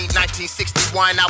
1961